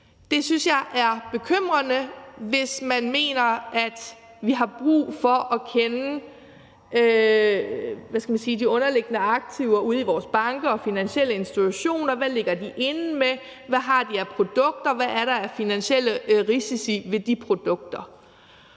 Det synes jeg er bekymrende, hvis man mener, at vi har brug for at kende til de underliggende aktiver ude i vores banker og finansielle institutioner, hvad de ligger inde med, hvad de har af produkter, og hvad der er af finansielle risici ved de produkter.